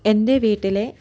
എന്റെ വീട്ടിലെ